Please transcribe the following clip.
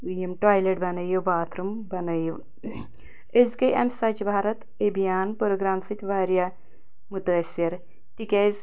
یم ٹوایلیٚٹ بَنٲیِو bathroom بَنٲیِو أسۍ گٔے اَمہِ سۄچھ بھارت ابھیان پرٛوگرٛام سۭتۍ واریاہ مُتٲثر تِکیٛازِ